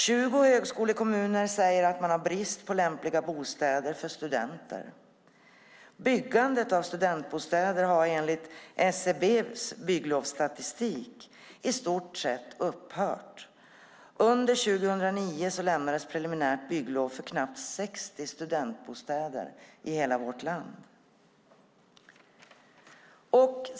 20 högskolekommuner säger att man har brist på lämpliga bostäder för studenter. Byggandet av studentbostäder har enligt SCB:s bygglovsstatistik i stort sett upphört. Under 2009 lämnades preliminärt bygglov för knappt 60 studentbostäder i hela vårt land.